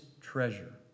treasure